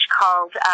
called